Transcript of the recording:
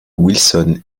wilson